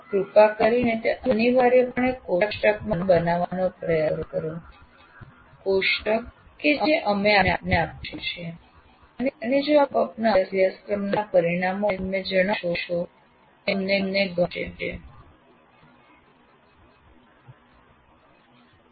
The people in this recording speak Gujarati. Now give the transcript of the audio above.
આપ કૃપા કરીને તે અનિવાર્યપણે કોષ્ટક માં બનાવવાનો પ્રયાસ કરો કોષ્ટક કે જે અમે આપને આપ્યું છે અને જો આપ આપના અભ્યાસના પરિણામો અમને જણાવશો તો અમને ગમશે